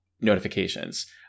notifications